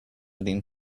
din